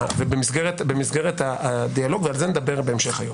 ובמסגרת הדיאלוג ועל זה נדבר בהמשך היום,